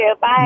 bye